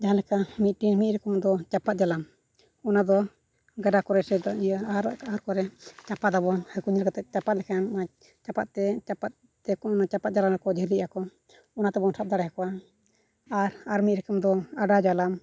ᱡᱟᱦᱟᱸ ᱞᱮᱠᱟ ᱢᱤᱫᱴᱮᱱ ᱢᱤᱫ ᱨᱚᱠᱚᱢ ᱫᱚ ᱪᱟᱯᱟᱫ ᱡᱟᱞᱟᱢ ᱚᱱᱟ ᱫᱚ ᱜᱟᱰᱟ ᱠᱚᱨᱮ ᱥᱮ ᱟᱦᱟᱨ ᱠᱚᱨᱮ ᱪᱟᱯᱟᱫᱟᱵᱚᱱ ᱦᱟᱹᱠᱩ ᱧᱮᱞ ᱠᱟᱛᱮᱫ ᱪᱟᱯᱟᱫ ᱞᱮᱠᱷᱟᱱ ᱚᱱᱟ ᱪᱟᱯᱟᱫᱛᱮ ᱪᱟᱯᱟᱫ ᱛᱮᱠᱚ ᱚᱱᱟ ᱪᱟᱯᱟᱫ ᱡᱟᱞᱟᱢ ᱨᱮᱠ ᱡᱷᱟᱹᱞᱤ ᱟᱠᱚ ᱚᱱᱟ ᱛᱮᱵᱚᱱ ᱥᱟᱵ ᱫᱟᱲᱮᱣᱟᱠᱚᱣᱟ ᱟᱨ ᱟᱨᱢᱤᱫ ᱨᱚᱠᱚᱢ ᱫᱚ ᱚᱰᱟᱣ ᱡᱟᱞᱟᱢ